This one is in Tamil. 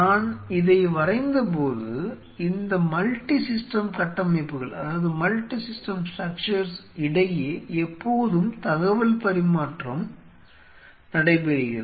நான் இதை வரைந்த போது இந்த மல்டிசிஸ்டம் கட்டமைப்புகளுக்கு இடையே எப்போதும் தகவல் பரிமாற்றம் நடைபெறுகிறது